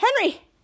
Henry